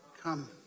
come